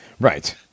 Right